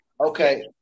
okay